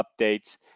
updates